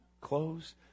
clothes